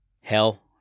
hell